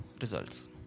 results